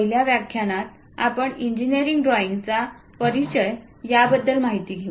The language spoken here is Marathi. पहिल्या व्याख्यानात आपण इंजिनिअरिंग ड्रॉइंगचा परिचय याबद्दल माहिती घेऊ